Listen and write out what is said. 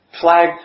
Flag